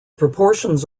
proportions